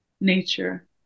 nature